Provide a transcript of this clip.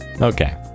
Okay